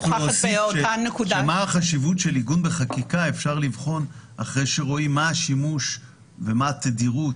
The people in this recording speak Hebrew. את החשיבות של עיגון בחקיקה אפשר לבחון אחרי שרואים מה השימוש ומה התדירות